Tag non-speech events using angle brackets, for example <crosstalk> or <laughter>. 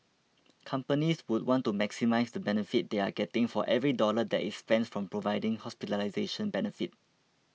<noise> companies would want to maximise the benefit they are getting for every dollar that is spent from providing hospitalisation benefit